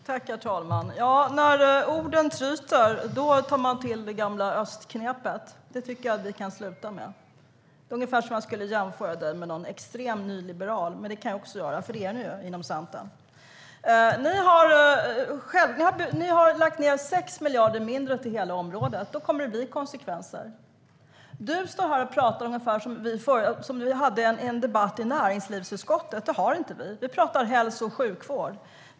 Herr talman! När orden tryter tar man till det gamla östknepet. Det tycker jag att vi kan sluta med. Det är ungefär som om jag skulle jämföra dig med någon extrem nyliberal, Staffan Danielsson, men det kan jag också göra, för det är ni ju inom Centern. Ni har lagt 6 miljarder mindre på hela området. Då kommer det att bli konsekvenser. Du står här och pratar ungefär som om vi hade en debatt i näringsutskottet. Det har vi inte. Vi pratar om hälso och sjukvård.